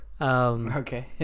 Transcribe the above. okay